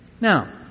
Now